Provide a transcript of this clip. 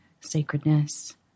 sacredness